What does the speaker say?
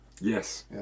Yes